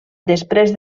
després